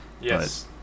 Yes